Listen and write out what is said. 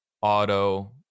Auto